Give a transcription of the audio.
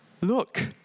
look